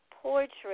poetry